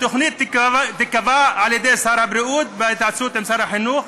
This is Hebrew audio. התוכנית תיקבע על-ידי שר הבריאות בהתייעצות עם שר החינוך,